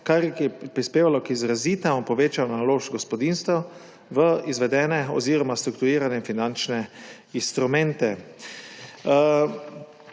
kar je prispevalo k izrazitemu povečanju naložb gospodinjstev v izvedene oziroma strukturirane finančne instrumente.